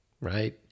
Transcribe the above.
right